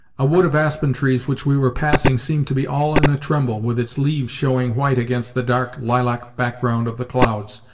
a wood of aspen trees which we were passing seemed to be all in a tremble, with its leaves showing white against the dark lilac background of the clouds,